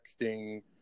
texting